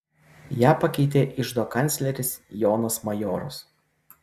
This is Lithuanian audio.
ją pakeitė iždo kancleris jonas majoras